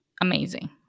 amazing